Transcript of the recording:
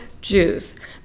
Jews